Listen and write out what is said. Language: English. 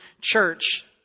church